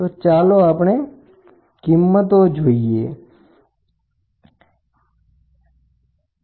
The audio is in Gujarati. તો ચાલો આપણે કિંમત મૂકીએ આ 101